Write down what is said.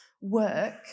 work